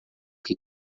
que